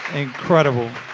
incredible.